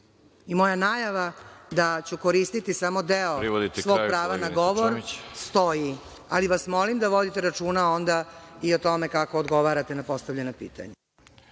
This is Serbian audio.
Moja najava da ću koristiti samo deo svog prava na govor stoji, ali vas molim da vodite računa onda i o tome kako odgovarate na postavljena pitanja.